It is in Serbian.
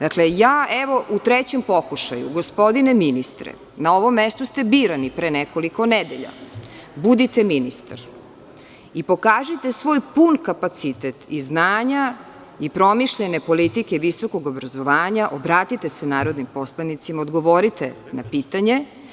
Dakle, ja, evo, u trećem pokušaju, gospodine ministre, na ovom mestu ste birani pre nekoliko nedelja, budite ministar i pokažite svoj pun kapacitet i znanja i promišljene politike visokog obrazovanja, obratite se narodnim poslanicima, odgovorite na pitanje.